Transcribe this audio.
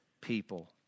people